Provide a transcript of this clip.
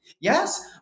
yes